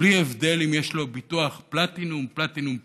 בלי הבדל אם יש לו ביטוח פלטינום, פלטינום פלוס,